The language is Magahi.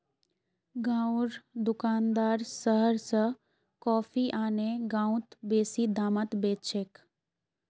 गांउर दुकानदार शहर स कॉफी आने गांउत बेसि दामत बेच छेक